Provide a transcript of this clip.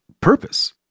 purpose